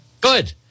Good